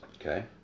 Okay